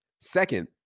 second